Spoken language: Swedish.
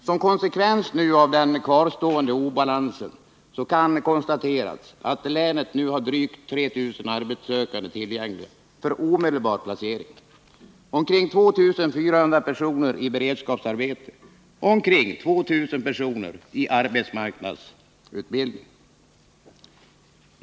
Som konsekvens av den kvarstående obalansen kan konstateras att länet nu har drygt 3 000 arbetssökande tillgängliga för omedelbar placering, omkring 2 400 personer i beredskapsarbete och omkring 2 000 personer i arbetsmarknadsutbildning.